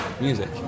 music